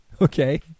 okay